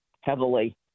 heavily